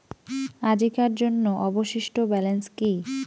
আজিকার জন্য অবশিষ্ট ব্যালেন্স কি?